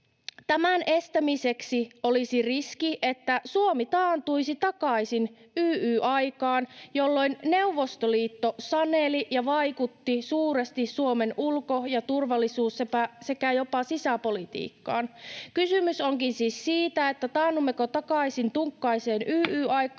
Tämän estämiseksi olisi riski, että Suomi taantuisi takaisin YYA-aikaan, jolloin Neuvostoliitto saneli ja vaikutti suuresti Suomen ulko- ja turvallisuus- sekä jopa sisäpolitiikkaan. Kysymys onkin siis siitä, taannummeko takaisin tunkkaiseen YYA-aikaan